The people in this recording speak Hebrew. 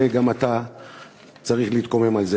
הרי גם אתה צריך להתקומם על זה.